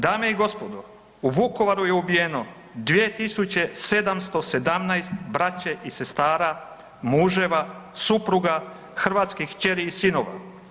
Dame i gospodo, u Vukovaru je ubijeno 2 717 braće i sestara, muževa, supruga, hrvatskih kćeri i sinova.